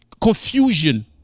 confusion